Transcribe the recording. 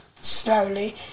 slowly